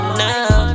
now